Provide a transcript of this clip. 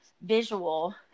visual